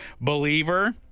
Believer